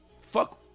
fuck